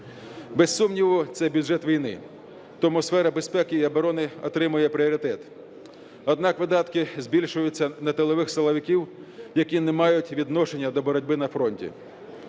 Без сумніву, це бюджет війни, тому сфера безпеки і оборони отримує пріоритет. Однак видатки збільшуються на тилових силовиків, які не мають відношення до боротьби на фронті.